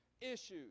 issues